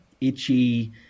itchy